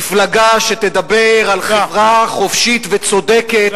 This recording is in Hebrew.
מפלגה שתדבר על חברה חופשית וצודקת,